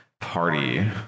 Party